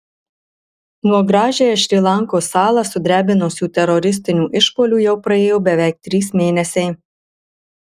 nuo gražiąją šri lankos salą sudrebinusių teroristinių išpuolių jau praėjo beveik trys mėnesiai